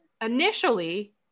Initially